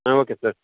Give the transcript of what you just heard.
ಹಾಂ okay sir